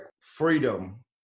freedom